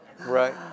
Right